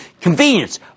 Convenience